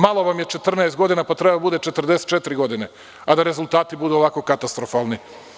Malo vam je 14 godina, pa treba da bude 44 godine, a da rezultati budu ovako katastrofalni.